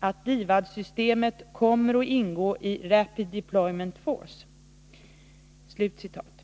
att DIVAD-systemet kommer att ingå Rapid Deployment Force.” Låt mig inom parentes nämna att också Oswald Söderqvist, som hade tagit upp frågan ett år tidigare, deltog i debatten.